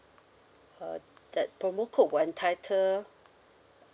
uh that promo code will entitle